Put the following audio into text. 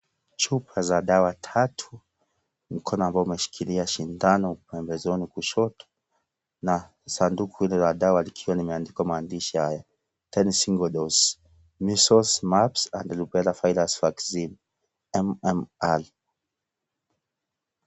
Chupa za dawa tatu, mkono ambao umeshikilia sindano emezeni kushoto, na sanduku lile la dawa likiwa limeandikwa maandishi haya, time single doze, measles, marks and rubella virus vaccine MMR